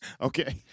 Okay